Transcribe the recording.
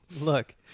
Look